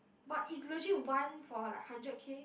but is legit one for like hundred K